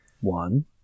One